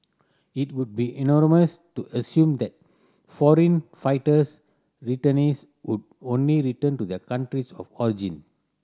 it would be to assume that foreign fighters returnees would only return to their countries of origin